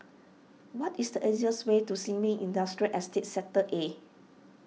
what is the easiest way to Sin Ming Industrial Estate Sector A